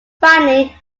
finally